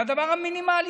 זה הדבר המינימלי.